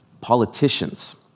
politicians